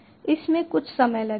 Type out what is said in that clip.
इसमे कुछ समय लगेगा